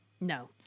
No